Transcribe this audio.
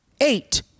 eight